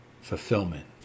Fulfillment